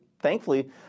Thankfully